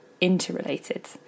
interrelated